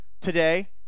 Today